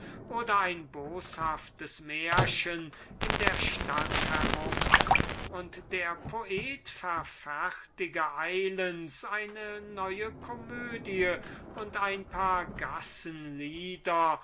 oder ein boshaftes märchen in der stadt herumtragen und den poeten eine neue komödie und ein paar gassenlieder